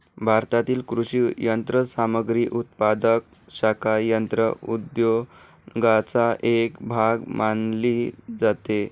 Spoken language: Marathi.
भारतातील कृषी यंत्रसामग्री उत्पादक शाखा यंत्र उद्योगाचा एक भाग मानली जाते